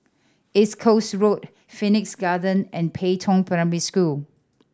East Coast Road Phoenix Garden and Pei Tong Primary School